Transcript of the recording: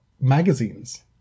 magazines